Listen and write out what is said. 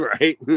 Right